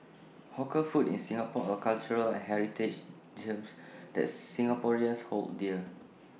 hawker food in Singapore are cultural and heritage gems that Singaporeans hold dear